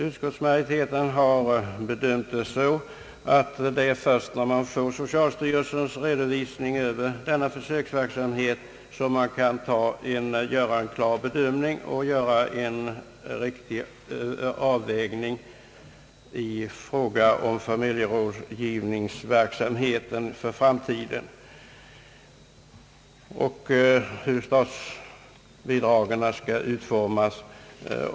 Utskottsmajoriteten har ansett att det är först när man får socialstyrelsens redovisning över denna verksamhet som man kan göra en klar bedömning och en riktig avvägning i frågan om familjerådgivningsverksamheten för framtiden samt om hur statsbidragen skall utformas.